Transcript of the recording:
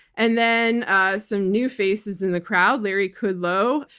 and then ah some new faces in the crowd, larry kudlow,